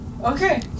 Okay